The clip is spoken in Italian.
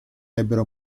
ebbero